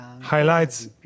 highlights